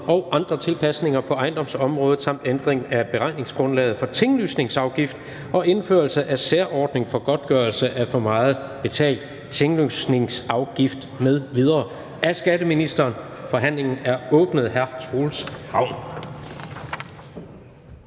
og andre tilpasninger på ejendomsområdet samt ændring af beregningsgrundlaget for tinglysningsafgift og indførelse af særordning for godtgørelse af for meget betalt tinglysningsafgift m.v.). Af skatteministeren (Morten Bødskov).